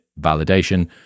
validation